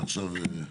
בבקשה.